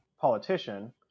politician